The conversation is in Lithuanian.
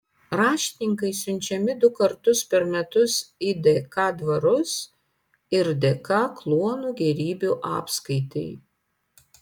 raštininkai siunčiami du kartus per metus į dk dvarus ir dk kluonų gėrybių apskaitai